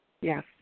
Yes